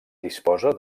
disposa